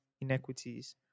inequities